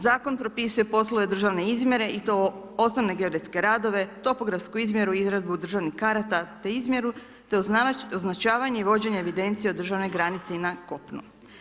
Zakon propisuje poslove državne izmjere i to osnovne geodetske radove, topografsku izmjeru, izradu državnih karata te izmjeru te označavanje i vođenje evidencija o državnoj granici i na kopnu.